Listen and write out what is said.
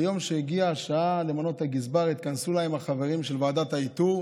ביום שהגיעה השעה למנות את הגזבר התכנסו להם החברים של ועדת האיתור